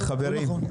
זה לא נכון.